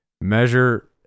measure